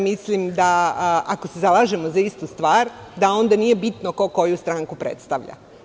Mislim da, ako se zalažemo za istu stvar, onda nije bitno ko koju stranku predstavlja.